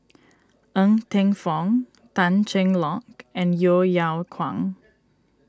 Ng Teng Fong Tan Cheng Lock and Yeo Yeow Kwang